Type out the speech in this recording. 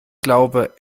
glaube